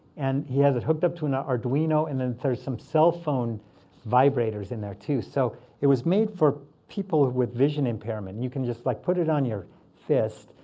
and he had it hooked up to an ah arduino. and then there's some cell phone vibrators in there too. so it was made for people with vision impairment. you can just like put it on your fist.